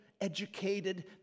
educated